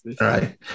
Right